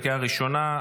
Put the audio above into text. לקריאה ראשונה.